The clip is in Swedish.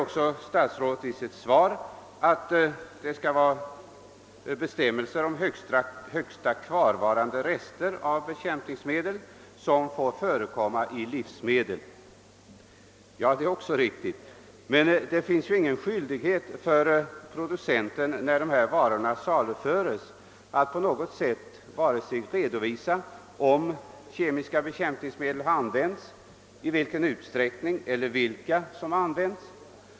Statsrådet framhåller i sitt svar, att livsmedelsstadgan föreskriver att bestämmelser skall meddelas om de högsta kvarvarande rester av bekämpningsmedel som får förekomma i livsmedel. Det är också riktigt. Men det föreligger ju ingen skyldighet för producenien att vid saluförandet redovisa om bekämpningsmedel använts, vilka medel det i så fall gäller och i vilken utsträckning de använts.